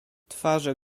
twarze